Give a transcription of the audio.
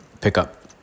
pickup